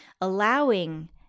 Allowing